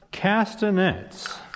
Castanets